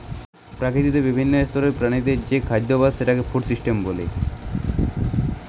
প্রকৃতিতে বিভিন্ন স্তরের প্রাণীদের যে খাদ্যাভাস সেটাকে ফুড সিস্টেম বলে